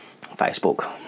Facebook